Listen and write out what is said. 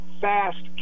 fast